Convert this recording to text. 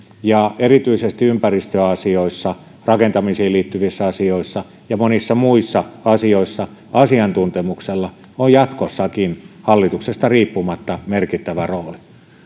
erityisesti ympäristöasioissa rakentamiseen liittyvissä asioissa ja monissa muissa asioissa asiantuntemuksella on jatkossakin hallituksesta riippumatta merkittävä rooli